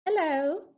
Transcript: Hello